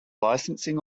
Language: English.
licensing